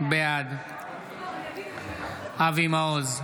בעד אבי מעוז,